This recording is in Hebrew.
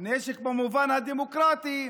נשק במובן הדמוקרטי,